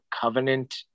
Covenant